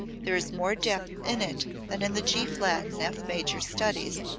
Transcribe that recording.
there is more depth in it than in the g flat and f major studies,